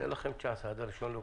נותן לכם צ'אנס עד הראשון באוקטובר.